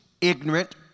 ignorant